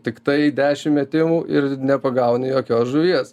tiktai dešim metimų ir nepagauni jokios žuvies